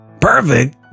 Perfect